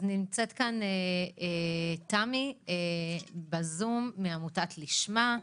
נמצאת תמי בזום, מעמותת לשמ"ה.